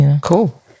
Cool